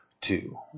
two